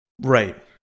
right